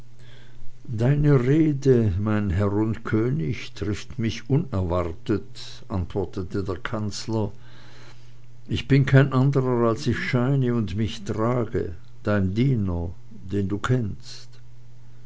deine rede mein herr und könig trifft mich unerwartet antwortete der kanzler ich bin kein anderer als ich scheine und mich trage dein diener den du kennst